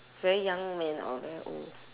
very young man or very old